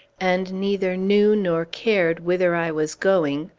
and neither knew nor cared whither i was going,